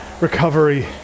recovery